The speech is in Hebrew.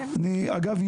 אגב,